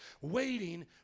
waiting